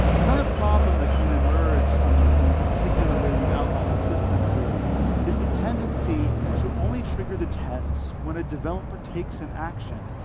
another problem that can emerge from the particular way we've outlined the system here is the tendency to only trigger the tests when a developer takes an action.